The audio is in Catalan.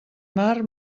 mar